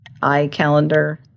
iCalendar